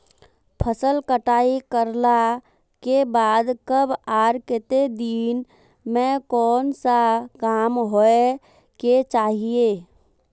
फसल कटाई करला के बाद कब आर केते दिन में कोन सा काम होय के चाहिए?